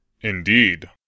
Indeed